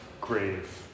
grave